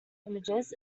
images